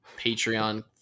Patreon